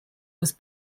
was